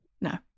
no